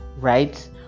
right